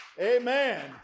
Amen